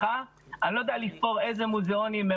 אני לא יודע לספור איזה מוזיאונים הם